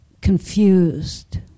confused